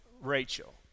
Rachel